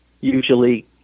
usually